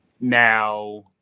Now